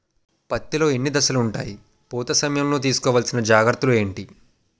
పత్తి లో ఎన్ని దశలు ఉంటాయి? పూత సమయం లో తీసుకోవల్సిన జాగ్రత్తలు ఏంటి?